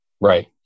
Right